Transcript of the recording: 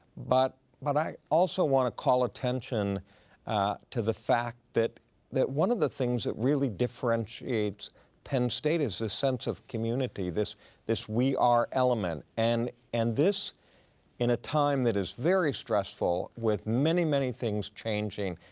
but but i also wanna call attention to the fact that that one of the things that really differentiates penn state is this sense of community. this this we are element and and this in a time that is very stressful with many, many things changing,